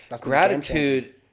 Gratitude